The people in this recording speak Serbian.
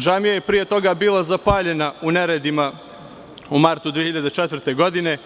Džamija je i pre toga bila zapaljena u neredima u martu 2004. godine